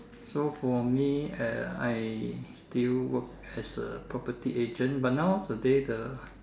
so for me uh I still work as a property agent but nowadays the